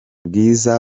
bwiza